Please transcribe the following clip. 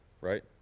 right